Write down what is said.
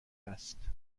است